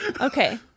okay